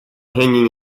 hanging